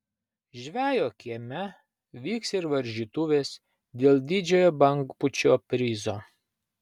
žvejo kieme vyks ir varžytuvės dėl didžiojo bangpūčio prizo